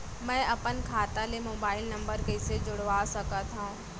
मैं अपन खाता ले मोबाइल नम्बर कइसे जोड़वा सकत हव?